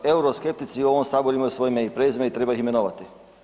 Euroskeptici u ovom saboru imaju svoje ime i prezime i treba ih imenovati.